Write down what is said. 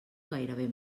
gairebé